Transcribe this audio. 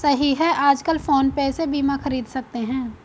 सही है आजकल फ़ोन पे से बीमा ख़रीद सकते हैं